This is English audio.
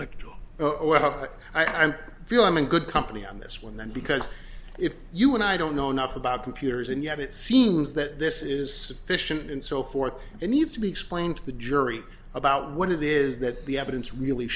like to well i don't feel i'm in good company on this one then because if you and i don't know enough about computers and yet it seems that this is fission and so forth it needs to be explained to the jury about what it is that the evidence really